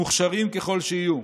מוכשרים ככל שיהיו,